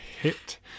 Hit